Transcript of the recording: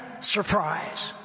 surprise